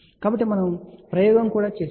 కాబట్టి మనము ప్రయోగం కూడా చేసాము